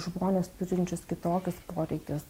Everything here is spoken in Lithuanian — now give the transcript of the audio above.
žmones turinčius kitokius poreikius